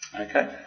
Okay